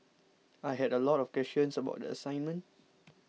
I had a lot of questions about the assignment